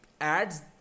adds